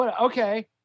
Okay